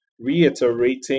reiterating